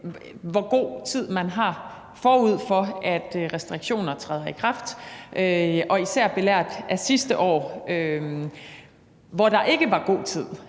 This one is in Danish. hvor god tid man har, forud for at restriktioner træder i kraft. Og især belært af sidste år, hvor der ikke var god tid